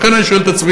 לכן אני שואל את עצמי,